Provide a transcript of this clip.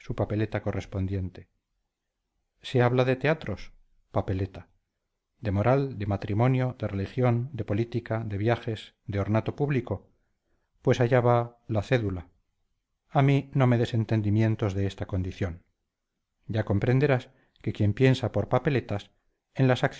papeleta correspondiente se habla de teatros papeleta de moral de matrimonio de religión de política de viajes de ornato público pues allá va la cédula a mí no me des entendimientos de esta condición ya comprenderás que quien piensa por papeletas en las